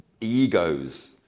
egos